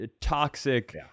toxic